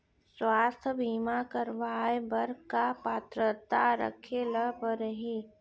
स्वास्थ्य बीमा करवाय बर का पात्रता रखे ल परही?